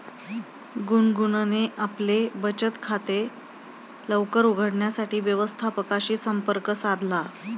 गुनगुनने आपले बचत खाते लवकर उघडण्यासाठी व्यवस्थापकाशी संपर्क साधला